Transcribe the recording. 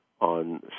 on